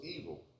evil